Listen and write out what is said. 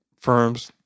firms